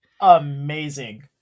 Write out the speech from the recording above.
Amazing